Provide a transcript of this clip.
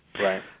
Right